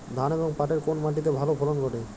ধান এবং পাটের কোন মাটি তে ভালো ফলন ঘটে?